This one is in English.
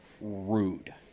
rude